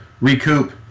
recoup